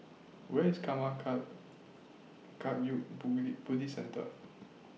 Where IS Karma Kagyud Buddhist Centre